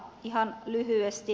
ihan lyhyesti